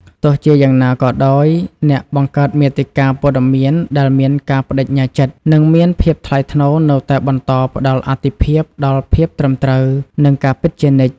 ទោះជាយ៉ាងណាក៏ដោយ អ្នកបង្កើតមាតិកាព័ត៌មានដែលមានការប្តេជ្ញាចិត្ត និងមានភាពថ្លៃថ្នូរនៅតែបន្តផ្តល់អាទិភាពដល់ភាពត្រឹមត្រូវ និងការពិតជានិច្ច។